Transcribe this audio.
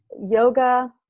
yoga